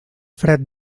fred